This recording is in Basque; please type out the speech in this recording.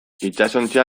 itsasontzia